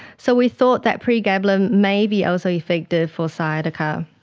so we thought that pregabalin may be also effective for sciatica.